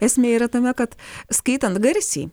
esmė yra tame kad skaitant garsiai